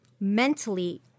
mentally